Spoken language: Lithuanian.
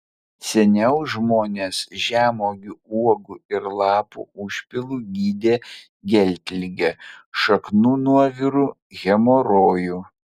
seniau žmonės žemuogių uogų ir lapų užpilu gydė geltligę šaknų nuoviru hemorojų